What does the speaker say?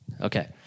Okay